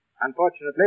Unfortunately